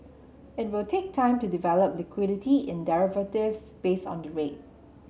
it will take time to develop liquidity in derivatives based on the rate